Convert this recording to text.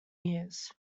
years